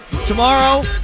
Tomorrow